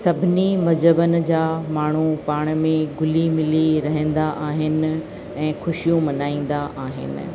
सभिनी मज़हबनि जा माण्हू पाण में घुली मिली रहंदा आहिनि ऐं ख़ुशियूं मल्हाईंदा आहिनि